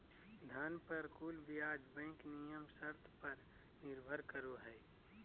धन पर कुल ब्याज बैंक नियम शर्त पर निर्भर करो हइ